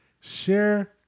share